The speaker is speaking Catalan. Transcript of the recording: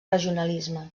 regionalisme